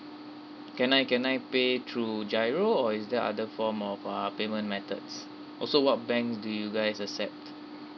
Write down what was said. can I can I pay through GIRO or is there other form of uh payment methods also what banks do you guys accept